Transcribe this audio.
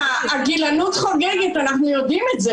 הגילנות חוגגת, אנחנו יודעים את זה.